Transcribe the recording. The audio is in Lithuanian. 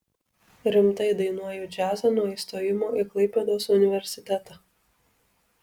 rimtai dainuoju džiazą nuo įstojimo į klaipėdos universitetą